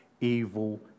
evil